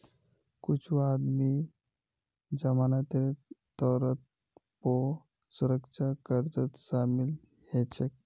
कुछू आदमी जमानतेर तौरत पौ सुरक्षा कर्जत शामिल हछेक